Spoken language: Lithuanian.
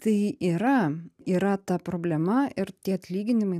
tai yra yra ta problema ir tie atlyginimai